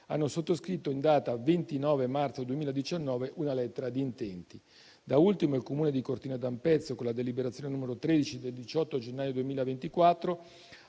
hanno sottoscritto, in data 29 marzo 2019, una lettera di intenti. Da ultimo, il Comune di Cortina d'Ampezzo, con la deliberazione n. 13 del 18 gennaio 2024,